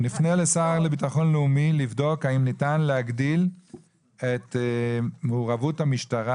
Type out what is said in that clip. נפנה לשר לביטחון לאומי בנושא האם ניתן להגדיל את מעורבות המשטרה,